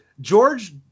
George